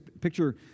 Picture